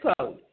code